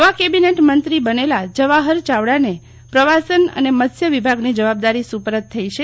નવા કેબિનેટ મંત્રી બનેલા જવાહર યાવડાને પ્રવાસન અને મત્સ્ય વિભાગની જવાબદારી સુપરત થઈ છે